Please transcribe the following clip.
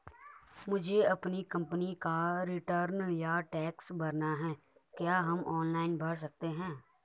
मुझे अपनी कंपनी का रिटर्न या टैक्स भरना है क्या हम ऑनलाइन भर सकते हैं?